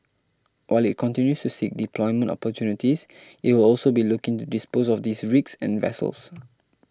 while it continues to seek deployment opportunities it will also be looking to dispose of these rigs and vessels